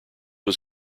was